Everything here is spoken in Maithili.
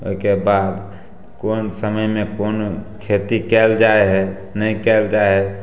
ओइके बाद कोन समयमे कोन खेती कयल जाइ हइ नहि कयल जाइ हइ